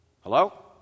Hello